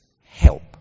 help